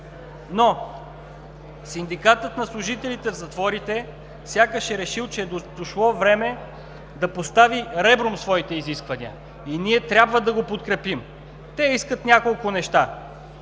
Но Синдикатът на служителите в затворите сякаш е решил, че е дошло време да постави ребром своите изисквания. И ние трябва да го подкрепим. Те искат няколко неща